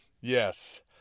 yes